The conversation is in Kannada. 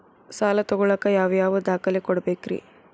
ಸಾಲ ತೊಗೋಳಾಕ್ ಯಾವ ಯಾವ ದಾಖಲೆ ಕೊಡಬೇಕ್ರಿ?